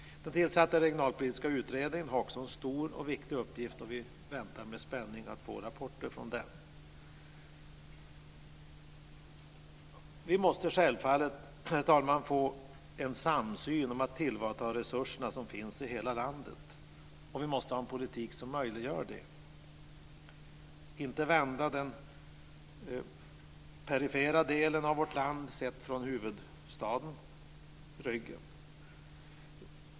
Den tillsatta regionalpolitiska utredningen har också en stor och viktig uppgift, och vi väntar med spänning på rapporter från den. Herr talman! Det måste självfallet bli en samsyn om att man ska tillvarata de resurser som finns i hela landet, och vi måste ha en politik som möjliggör det. Vi får inte vända den perifera delen av vårt land - sett från huvudstaden - ryggen.